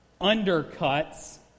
undercuts